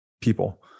people